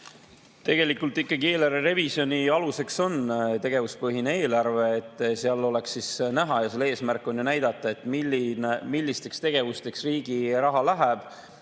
Tegelikult ikkagi eelarve revisjoni aluseks on tegevuspõhine eelarve, et seal oleks näha. Selle eesmärk on ju näidata, millisteks tegevusteks riigi raha läheb.